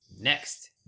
next